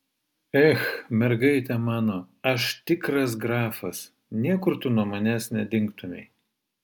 ech mergaite mano aš tikras grafas niekur tu nuo manęs nedingtumei